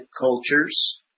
cultures